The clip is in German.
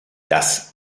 das